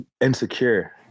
insecure